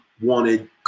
wanted